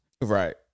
Right